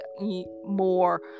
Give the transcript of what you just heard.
more